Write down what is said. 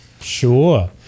Sure